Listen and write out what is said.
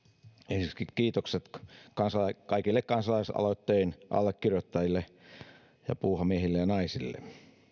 ensiksikin kiitokset kaikille kansalaisaloitteen allekirjoittajille ja puuhamiehille ja naisille